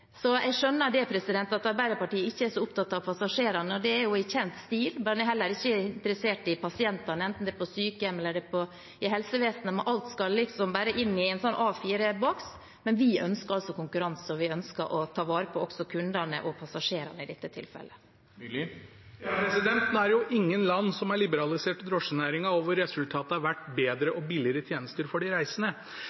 at Arbeiderpartiet ikke er så opptatt av passasjerene. Det er i kjent stil. De er heller ikke interessert i pasienter, enten de er på sykehjem eller i helsevesenet. Alt skal bare inn i en A4-boks. Men vi ønsker altså konkurranse, og vi ønsker også å ta vare på kundene – passasjerene i dette tilfellet. Nå er det ingen land som har liberalisert drosjenæringen der resultatet har vært bedre